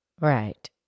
Right